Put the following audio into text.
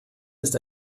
ist